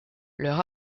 leur